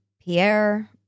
Pierre